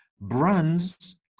Brands